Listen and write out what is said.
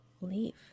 leave